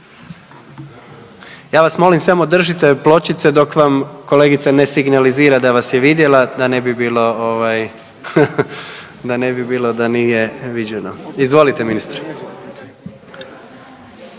Ja vas molim samo držite pločice dok vam kolegica ne signalizira da vas je vidjela da ne bi bilo ovaj, da ne bi bilo da nije viđeno. Izvolite ministre.